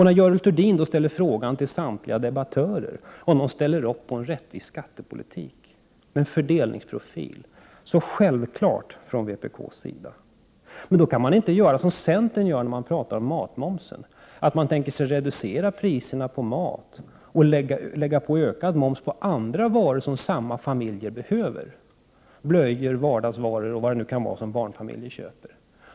När Görel Thurdin till samtliga debattörer ställer frågan, om de är för en rättvis skattepolitik, med fördelningsprofil, är detta självklart för vpk. Men då kan man inte göra som centern gör när man talar om matmomsen, dvs. reducera priserna på mat och lägga ökad moms på andra varor som samma familjer behöver, t.ex. blöjor och vardagsvaror som barnfamiljer köper.